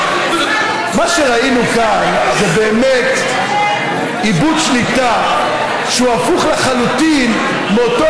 מה שראינו כאן זה באמת איבוד שליטה שהוא הפוך לחלוטין מאותו